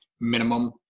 minimum